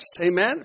Amen